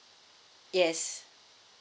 yes